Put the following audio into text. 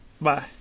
Bye